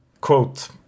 Quote